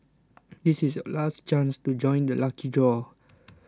this is your last chance to join the lucky draw